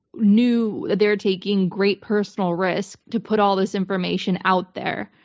knew they're taking great personal risk to put all this information out there,